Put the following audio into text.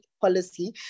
policy